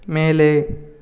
மேலே